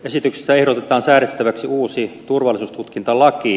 esityksessä ehdotetaan säädettäväksi uusi turvallisuustutkintalaki